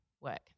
work